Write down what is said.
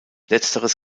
letzteres